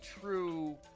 true